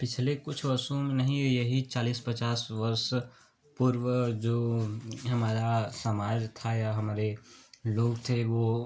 पिछले कुछ वर्षों में नहीं ये यही चालीस पचास वर्ष पूर्व जो हमारा समाज था या हमारे लोग थे वो